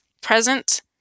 present